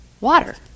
Water